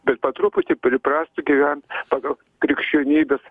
bet po truputį priprastų gyvent pagal krikščionybės